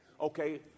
Okay